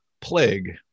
plague